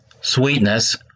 Sweetness